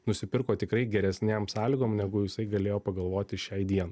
nusipirko tikrai geresnėm sąlygom negu jisai galėjo pagalvoti šiai dienai